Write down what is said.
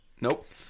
nope